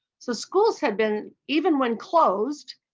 so schools had been even when closed,